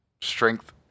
strength